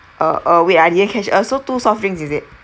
uh uh wait ah didn't catch uh so two soft drinks is it